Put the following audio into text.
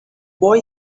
boy